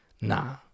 nah